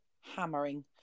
hammering